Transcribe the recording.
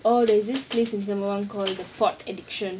oh there's this place in sembawang called the pot addiction